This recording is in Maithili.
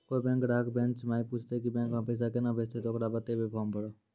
कोय बैंक ग्राहक बेंच माई पुछते की बैंक मे पेसा केना भेजेते ते ओकरा बताइबै फॉर्म भरो